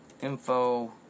Info